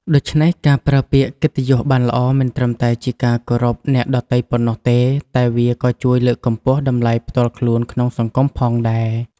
ដូច្នេះ ការប្រើពាក្យកិត្តិយសបានល្អ មិនត្រឹមតែជាការគោរពអ្នកដទៃប៉ុណ្ណោះទេ តែវាក៏ជួយលើកកម្ពស់តម្លៃផ្ទាល់ខ្លួនក្នុងសង្គមផងដែរ។